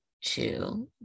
two